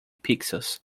pixels